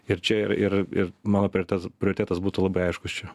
ir čia ir ir mano prioritetas prioritetas būtų labai aiškus čia